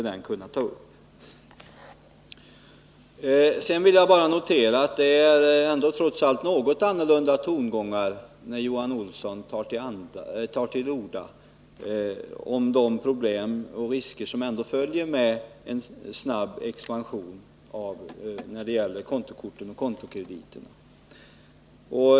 Det var glädjande att ta del av de tongångar som Johan Olssons anförande andades när han tog till orda om de problem och risker som ändå följer med en snabb expansion av kontokorten och kontokrediterna.